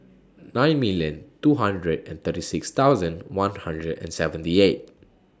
nine million two hundred and thirty six thousand one hundred and seventy eight